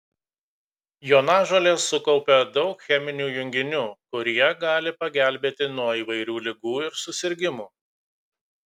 jonažolės sukaupia daug cheminių junginių kurie gali pagelbėti nuo įvairių ligų ir susirgimų